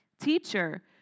Teacher